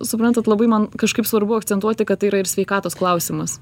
suprantat labai man kažkaip svarbu akcentuoti kad tai yra ir sveikatos klausimas